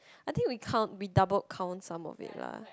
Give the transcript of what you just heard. I think we count we double count some of it lah